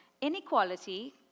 Inequality